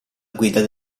guida